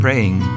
Praying